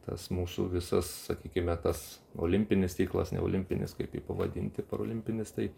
tas mūsų visas sakykime tas olimpinis ciklas ne olimpinis kaip jį pavadinti parolimpinis tai